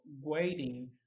waiting